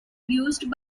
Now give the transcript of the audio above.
used